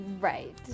Right